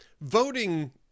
voting